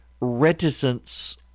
reticence